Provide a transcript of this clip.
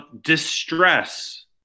distress